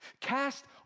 Cast